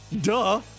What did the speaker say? duh